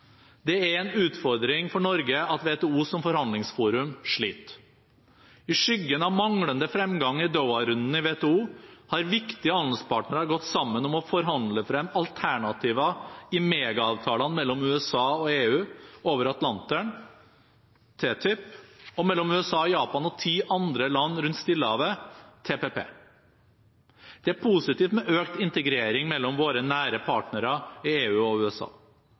Det er en utfordring for Norge at WTO som forhandlingsforum sliter. I skyggen av manglende fremgang i Doha-runden i WTO har viktige handelspartnere gått sammen om å forhandle frem alternativer i mega-avtalene mellom USA og EU over Atlanteren, TTIP, og mellom USA, Japan og ti andre land rundt Stillehavet, TPP. Det er positivt med økt integrering mellom våre nære partnere i EU og USA.